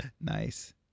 Nice